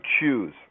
choose